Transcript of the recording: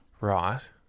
Right